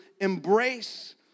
embrace